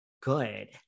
good